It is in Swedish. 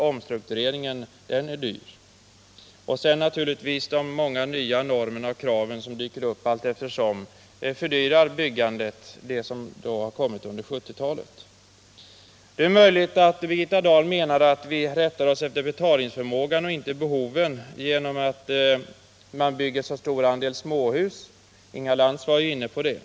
Och naturligtvis fördyras byggandet av de många nya normer och krav som har dykt upp under 1970-talet. Det är möjligt att Birgitta Dahl menar att vi rättar oss efter betalningsförmågan och inte efter behoven genom att vi bygger en så stor andel småhus — Inga Lantz var inne på det.